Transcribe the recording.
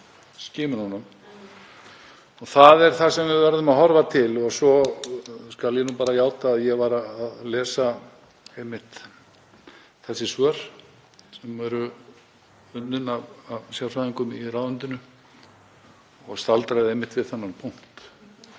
skimunum. Það er það sem við verðum að horfa til. Svo skal ég bara játa að ég var að lesa þessi svör sem eru unnin af sérfræðingum í ráðuneytinu og staldraði einmitt við þennan punkt